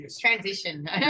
Transition